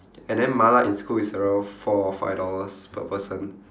and then mala in school is around four or five dollars per person